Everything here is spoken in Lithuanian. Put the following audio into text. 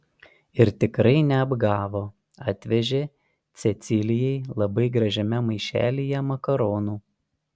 ir tikrai neapgavo atvežė cecilijai labai gražiame maišelyje makaronų